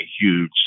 huge